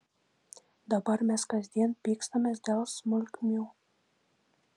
dabar mes kasdien pykstamės dėl smulkmių